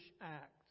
act